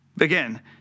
Again